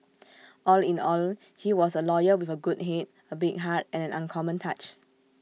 all in all he was A lawyer with A good Head A big heart and an uncommon touch